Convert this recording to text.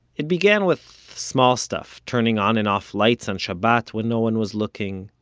it began with small stuff. turning on and off lights on shabbat when no one was looking.